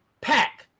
Pack